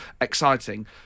exciting